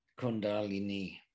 Kundalini